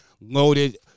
loaded